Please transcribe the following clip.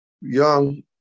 young